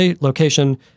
location